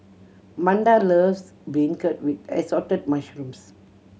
Manda loves beancurd with Assorted Mushrooms